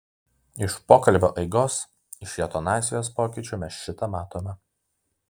iš pokalbio eigos iš jo tonacijos pokyčių mes šį tą matome